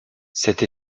cette